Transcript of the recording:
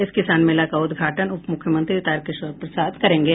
इस किसान मेला का उद्घाटन उपमुख्यमंत्री तारकिशोर प्रसाद करेंगे